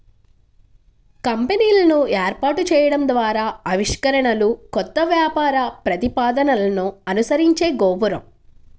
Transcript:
కంపెనీలను ఏర్పాటు చేయడం ద్వారా ఆవిష్కరణలు, కొత్త వ్యాపార ప్రతిపాదనలను అనుసరించే గోపురం